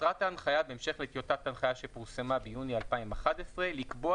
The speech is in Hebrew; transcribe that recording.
"מטרת ההנחיה בהמשך לטיוטת הנחיה שפורסמה ביוני 2011 לקבוע